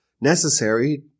necessary